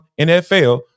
NFL